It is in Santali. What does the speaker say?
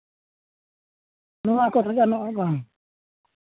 ᱱᱚᱣᱟ ᱠᱚᱨᱮ ᱜᱟᱱᱚᱜᱼᱟ ᱵᱟᱝ